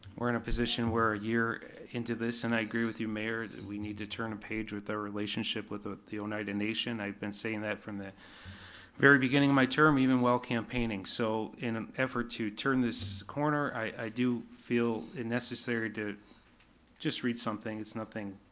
we're in a position where you're into this, and i agree with you mayor, that we need to turn a page with our relationship with with the oneida nation, i've been saying that from the very beginning of my term, even while campaigning, so, in an effort to turn this corner, i do feel it necessary to just read something, it's nothing,